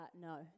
No